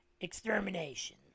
Extermination